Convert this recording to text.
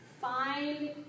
find